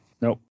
Nope